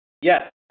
Yes